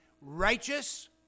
Righteous